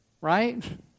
right